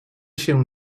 się